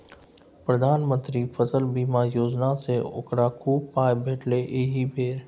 प्रधानमंत्री फसल बीमा योजनासँ ओकरा खूब पाय भेटलै एहि बेर